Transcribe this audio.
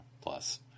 plus